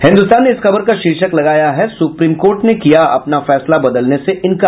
हिन्दुस्तान ने इस खबर का शीर्षक लगाया है सुप्रीम कोर्ट ने किया अपना फैसला बदलने से इंकार